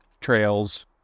trails